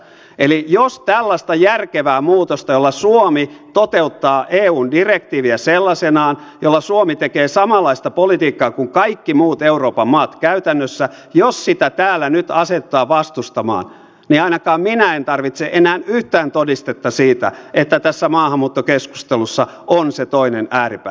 eli jos tällaista järkevää muutosta jolla suomi toteuttaa eun direktiiviä sellaisenaan jolla suomi tekee samanlaista politiikkaa kuin kaikki muut euroopan maat käytännössä täällä nyt asetutaan vastustamaan niin ainakaan minä en tarvitse enää yhtään todistetta siitä että tässä maahanmuuttokeskustelussa on se toinen ääripää